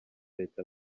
leta